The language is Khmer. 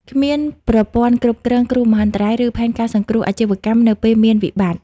គ្មានប្រព័ន្ធគ្រប់គ្រងគ្រោះមហន្តរាយ ឬផែនការសង្គ្រោះអាជីវកម្ម នៅពេលមានវិបត្តិ។